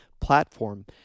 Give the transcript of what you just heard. platform